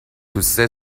توسه